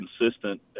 consistent